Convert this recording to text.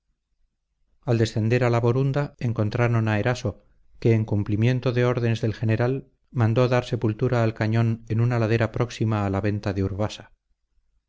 al descender a la borunda encontraron a eraso que en cumplimiento de órdenes del general mandó dar sepultura al cañón en una ladera próxima a la venta de urbasa